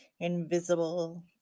Invisible